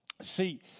See